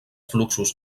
fluxos